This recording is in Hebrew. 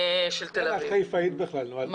את בכלל חיפאית.